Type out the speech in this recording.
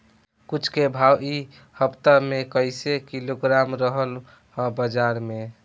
कद्दू के भाव इ हफ्ता मे कइसे किलोग्राम रहल ह बाज़ार मे?